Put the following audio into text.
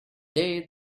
day